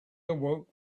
awoke